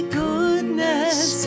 goodness